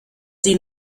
sie